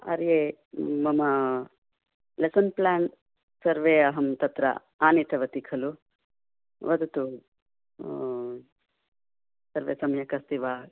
आर्ये मम lesson plan सर्वम् अहम् तत्र आनीतवती खलु वदतु सर्वं सम्यक् अस्ति वा